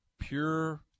pure